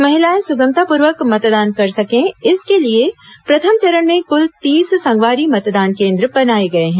महिलाएं सुगमतापूर्वक मतदान कर सकें इसके लिए प्रथम चरण में कुल तीस संगवारी मतदान केंद्र बनाए गए हैं